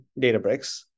Databricks